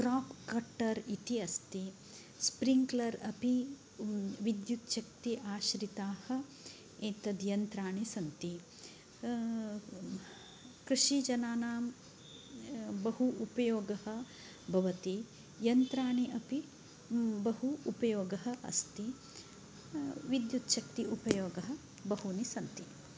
crop cutter इति अस्ति sprinkler अपि अस्ति स्प्रिङ्क्लर् अपि विद्युच्छक्ति आश्रिताः एतद् यन्त्राणि सन्ति कृषिजनानां बहु उपयोगः भवति यन्त्राणि अपि बहु उपयोगः अस्ति विद्युच्छक्ति उपयोगः बहूनि सन्ति